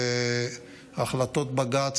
והחלטות בג"ץ,